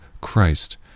Christ